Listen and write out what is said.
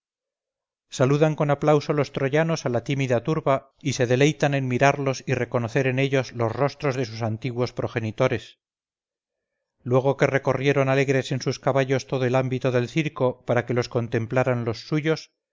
saludan con aplauso los troyanos a la tímida turba y se deleitan en mirarlos y reconocer en ellos los rostros de sus antiguos progenitores luego que recorrieron alegres en sus caballos todo el ámbito del circo para que los contemplaran los suyos